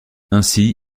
ainsi